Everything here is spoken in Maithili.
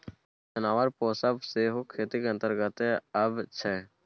जानबर पोसब सेहो खेतीक अंतर्गते अबै छै